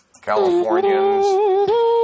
Californians